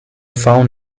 found